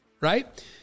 right